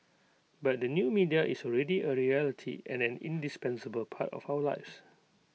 but the new media is already A reality and an indispensable part of our lives